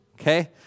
okay